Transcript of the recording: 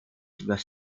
sebelah